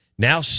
Now